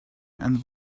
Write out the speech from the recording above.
and